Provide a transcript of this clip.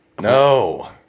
no